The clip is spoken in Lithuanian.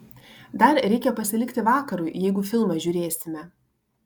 dar reikia pasilikti vakarui jeigu filmą žiūrėsime